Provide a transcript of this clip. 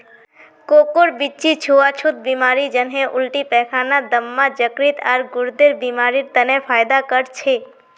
कोकोर बीच्ची छुआ छुत बीमारी जन्हे उल्टी पैखाना, दम्मा, यकृत, आर गुर्देर बीमारिड तने फयदा कर छे